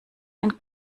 ein